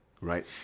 right